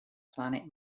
planet